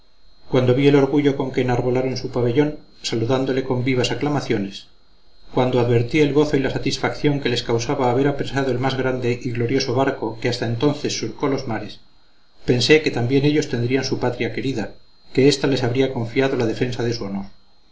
cuando vi el orgullo con que enarbolaron su pabellón saludándole con vivas aclamaciones cuando advertí el gozo y la satisfacción que les causaba haber apresado el más grande y glorioso barco que hasta entonces surcó los mares pensé que también ellos tendrían su patria querida que ésta les habría confiado la defensa de su honor